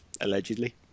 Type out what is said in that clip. allegedly